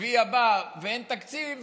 רביעי הבא ואין תקציב